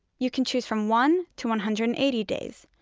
you can choose from one to one hundred and eighty days,